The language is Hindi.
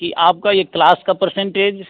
कि आपका ये क्लास का पर्सेंटेज